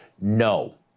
no